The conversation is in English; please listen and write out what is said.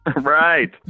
right